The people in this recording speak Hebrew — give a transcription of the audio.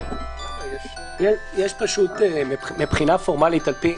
יש פשוט, מבחינה פורמלית, על פי